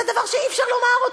זה דבר שאי-אפשר לומר.